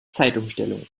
zeitumstellung